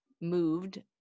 moved